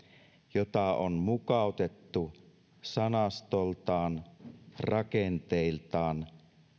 jota on mukautettu sanastoltaan rakenteiltaan